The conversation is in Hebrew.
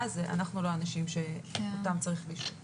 שעכשיו אנחנו מאריכים את תוקפן.